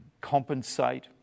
compensate